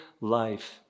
life